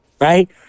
Right